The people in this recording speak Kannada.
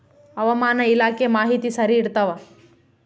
ಹವಾಮಾನ ಇಲಾಖೆ ಮಾಹಿತಿ ಸರಿ ಇರ್ತವ?